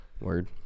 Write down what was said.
Word